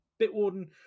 Bitwarden